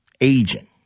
agent